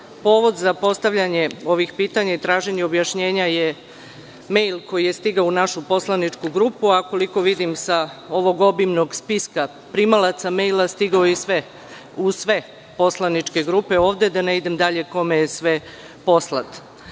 Vlade. Povod za postavljanje ovih pitanja i traženje objašnjenja je mejl koji je stigao u našu poslaničku grupu. Koliko vidim sa ovog obimnog spiska primalaca mejla, stigao je u sve poslaničke grupe ovde. Ne bih da idem dalje kome je sve poslat. Dakle,